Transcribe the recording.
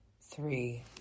Three